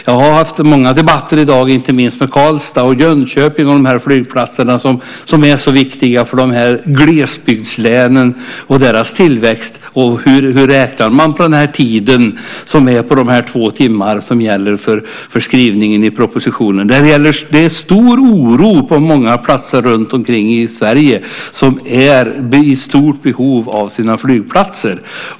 Jag har haft många debatter i dag, inte minst med folk på flygplatserna i Karlstad och Jönköping som är så viktiga för dessa glesbygdslän och deras tillväxt. Hur gör man när man ska räkna ut om det tar två timmar att resa och som tas upp i propositionen? Det finns en stor oro på många platser runtom i Sverige som är har så stort behov av sina flygplatser.